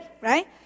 right